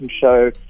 show